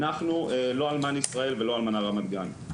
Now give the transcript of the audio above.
אנחנו לא אלמן ישראל ולא אלמנה רמת גן,